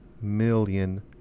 million